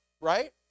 right